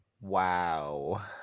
Wow